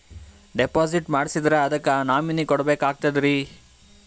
Deposit ಮಾಡ್ಸಿದ್ರ ಅದಕ್ಕ nominee ಕೊಡಬೇಕಾಗ್ತದ್ರಿ?